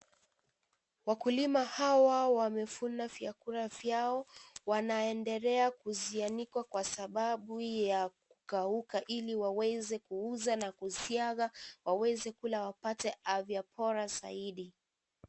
Wakulima hawa wamevuna vyakula vyao. Wanaendelea kuzianikwa kwa sababu ya kukauka ili waweze kuuza na kusiaga, weza kula wapate afya bora zaidi.